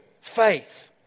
Faith